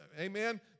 Amen